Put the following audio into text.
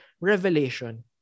Revelation